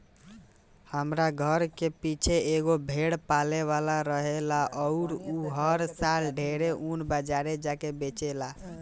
हमरा घर के पीछे एगो भेड़ पाले वाला रहेला अउर उ हर साल ढेरे ऊन बाजारे जा के बेचेला